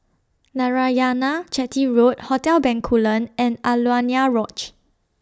Narayanan Chetty Road Hotel Bencoolen and Alaunia Lodge